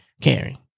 caring